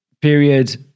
period